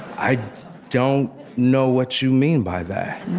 i don't know what you mean by that.